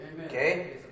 Okay